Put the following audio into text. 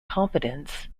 competence